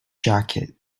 jacket